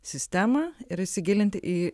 sistemą ir įsigilint į